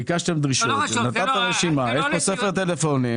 ביקשתם דרישות, נתתי רשימה, יש כאן ספר טלפונים.